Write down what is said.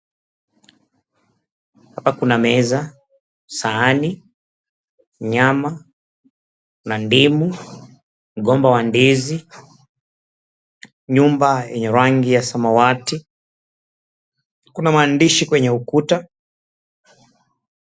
Hapa kuna meza, sahani, nyama na ndimu, mgomba wa ndizi, nyumba yenye rangi ya samawati, kuna maandishi kwenye ukuta.